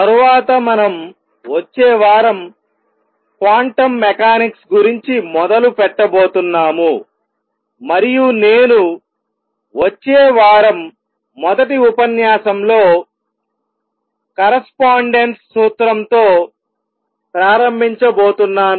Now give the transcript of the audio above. తరువాత మనం వచ్చే వారం క్వాంటం మెకానిక్స్ గురించి మొదలు పెట్టబోతున్నాము మరియు నేను వచ్చే వారం మొదటి ఉపన్యాసంలో కరస్పాన్డెన్స్ సూత్రంతో ప్రారంభించబోతున్నాను